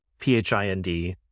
PHIND